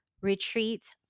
Retreats